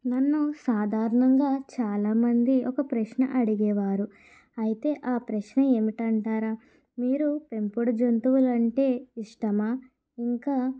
నన్ను సాధారణంగా చాలామంది ఒక ప్రశ్న అడిగేవారు అయితే ఆ ప్రశ్న ఏమిటి అంటారా మీకు పెంపుడు జంతువులు అంటే ఇష్టమా ఇంకా